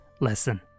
lesson